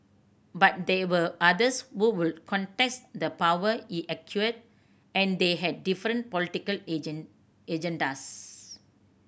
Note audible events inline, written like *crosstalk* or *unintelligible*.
but there were others who would contest the power he acquired and they had different political *unintelligible* agendas